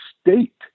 state